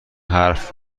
حرف